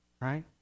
right